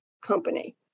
company